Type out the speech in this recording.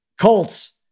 Colts